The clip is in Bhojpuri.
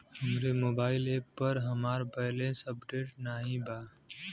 हमरे मोबाइल एप पर हमार बैलैंस अपडेट नाई बा